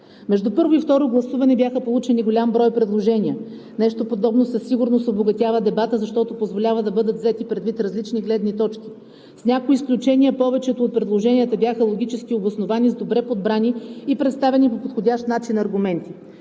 Между първо и второ гласуване бяха получени голям брой предложения. Нещо подобно със сигурност обогатява дебата, защото позволява да бъдат взети предвид различни гледни точки. С някои изключения, повечето от предложенията бяха логически обосновани, с добре подбрани и представени по подходящ начин аргументи.